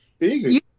Easy